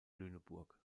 lüneburg